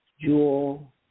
Jewel